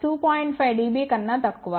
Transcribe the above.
5 dB కన్నా తక్కువ